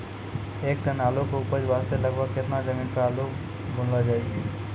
एक टन आलू के उपज वास्ते लगभग केतना जमीन पर आलू बुनलो जाय?